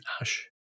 ash